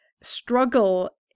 struggle